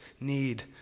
need